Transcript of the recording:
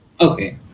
Okay